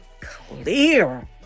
clear